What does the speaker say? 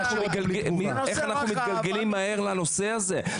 איך אנחנו מתגלגלים מהר לנושא הזה.